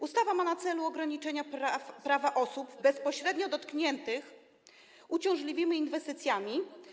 Ustawa ma na celu ograniczenie prawa osób bezpośrednio dotkniętych uciążliwymi inwestycjami.